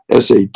SAT